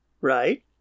Right